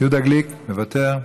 יהודה גליק, מוותר,